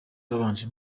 babanje